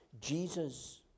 Jesus